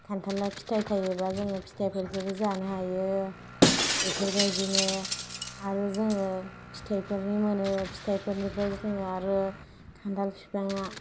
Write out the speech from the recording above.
खान्थाला फिथाइ थायोब्ला जोङो फिथाइफोरखौबो जानो हायो बेफोरबायदिनो आरो जोङो फिथाइफोरबो मोनो फिथाइफोरनिफ्राय जोङो आरो खान्थाल बिफाङा